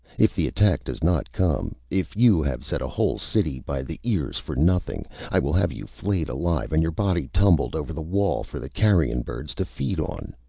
if the attack does not come if you have set a whole city by the ears for nothing i will have you flayed alive and your body tumbled over the wall for the carrion birds to feed on.